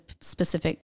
specific